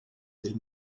del